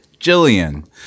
Jillian